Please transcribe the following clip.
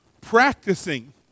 practicing